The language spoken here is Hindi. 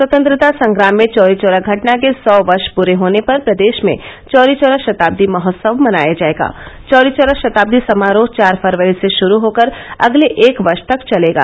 स्वतंत्रता संग्राम में चौरी चौरा घटना के सौ वर्ष पूरे होने पर प्रदेश में चौरीचौरा शताब्दी महोत्सव मनाया जायेगा चौरीचौरा शताब्दी समारोह चार फरवरी से शुरू होकर अगले एक वर्ष तक चलेगा